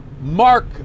mark